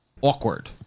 awkward